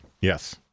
Yes